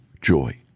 joy